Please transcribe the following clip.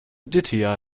aditya